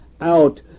out